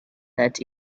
that